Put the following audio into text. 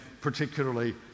particularly